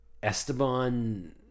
Esteban